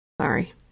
Sorry